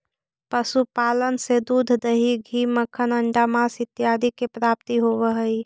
पशुपालन से दूध, दही, घी, मक्खन, अण्डा, माँस इत्यादि के प्राप्ति होवऽ हइ